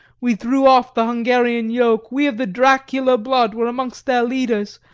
we threw off the hungarian yoke, we of the dracula blood were amongst their leaders,